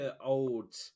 old